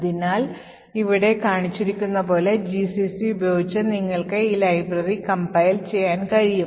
അതിനാൽ ഇവിടെ കാണിച്ചിരിക്കുന്നതുപോലെ gcc ഉപയോഗിച്ച് നിങ്ങൾക്ക് ഈ ലൈബ്രറി കംപൈൽ ചെയ്യാൻ കഴിയും